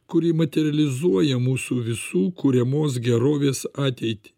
kurį materializuoja mūsų visų kuriamos gerovės ateitį